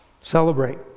celebrate